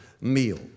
meal